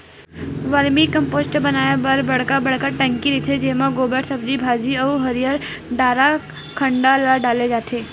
vermi compost बनाए बर बड़का बड़का टंकी रहिथे जेमा गोबर, सब्जी भाजी अउ हरियर डारा खांधा ल डाले जाथे